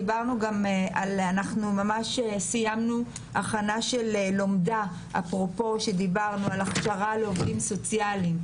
אנחנו סיימנו הכנה של לומדה להכשרה של עובדים סוציאליים.